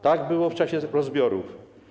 Tak było w czasie rozbiorów.